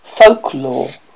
folklore